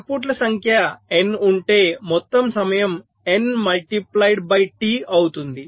ఇన్పుట్ల సంఖ్య n ఉంటే మొత్తం సమయం n ముల్టీప్లైయిడ్ బై టి అవుతుంది